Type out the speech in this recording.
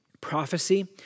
Prophecy